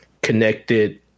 Connected